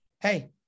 Hey